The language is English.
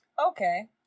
okay